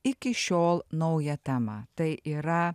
iki šiol naują temą tai yra